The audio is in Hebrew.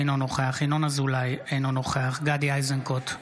אינו נוכח ינון אזולאי, אינו נוכח גדי איזנקוט,